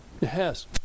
Yes